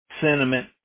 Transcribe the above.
sentiment